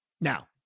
Now